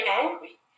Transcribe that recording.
angry